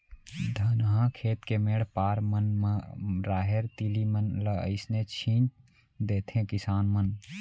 धनहा खेत के मेढ़ पार मन म राहेर, तिली मन ल अइसने छीन देथे किसान मन